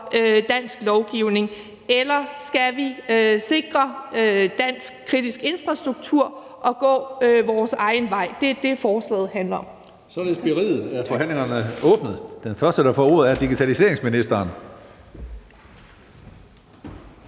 dansk lovgivning, eller om vi skal sikre dansk kritisk infrastruktur og gå vores egen vej. Det er det, forslaget handler om.